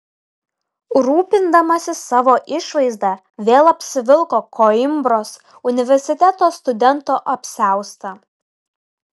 rūpindamasis savo išvaizda vėl apsivilko koimbros universiteto studento apsiaustą